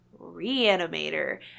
Reanimator